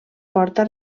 porta